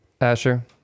Asher